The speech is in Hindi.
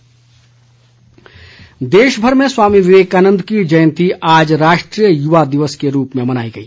युवा दिवस देशभर में स्वामी विवेकानन्द की जयंती आज राष्ट्रीय युवा दिवस के रूप में मनाई गई